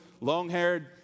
long-haired